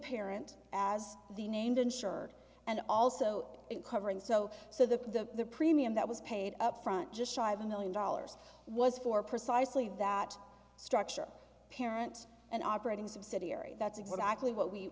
parent as the named insured and also in covering so so the premium that was paid upfront just shy of a million dollars was for precisely that structure parent an operating subsidiary that's exactly what we